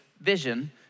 vision